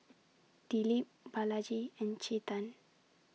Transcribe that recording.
Dilip Balaji and Chetan